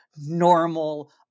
normal